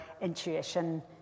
intuition